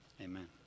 amen